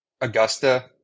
Augusta